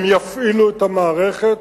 יפעילו את המערכת,